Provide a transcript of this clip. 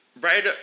right